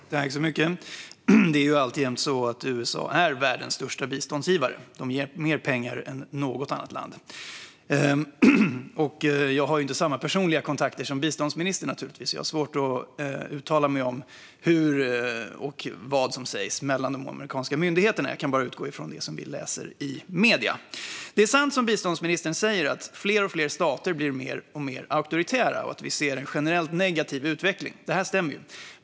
Herr talman! Det är ju alltjämt så att USA är världens största biståndsgivare. De ger mer pengar än något annat land. Jag har naturligtvis inte samma personliga kontakter som biståndsministern. Jag har svårt att uttala mig om vad som sägs mellan de amerikanska myndigheterna. Jag kan bara utgå från det som vi läser i medierna. Det är sant, som biståndsministern säger, att fler och fler stater blir mer och mer auktoritära och att vi ser en generellt negativ utveckling. Det stämmer.